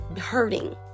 hurting